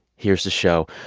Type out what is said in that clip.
here's the show.